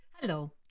hello